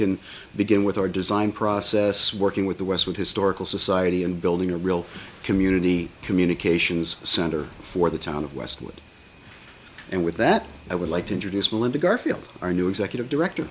can begin with our design process working with the west with historical society and building a real community communications center for the town of westwood and with that i would like to introduce melinda garfield our new executive director